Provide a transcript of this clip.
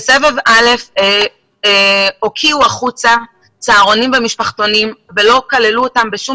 בסבב ראשון הוקיעו החוצה צהרונים ומשפחתונים ולא כללו אותם בשום